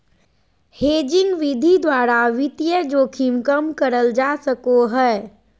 hedging विधि द्वारा वित्तीय जोखिम कम करल जा सको हय